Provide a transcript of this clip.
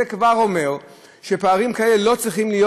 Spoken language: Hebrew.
זה כבר אומר שפערים כאלה לא צריכים להיות,